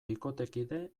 bikotekide